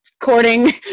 courting